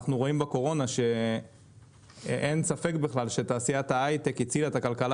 אנחנו רואים בקורונה שאין ספק בכלל שתעשיית היי-טק הצילה את הכלכלה